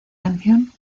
canción